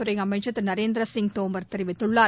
துறை அமைச்சர் திரு நரேந்திரசிங் தோமர் தெரிவித்துள்ளார்